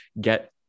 get